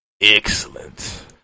excellent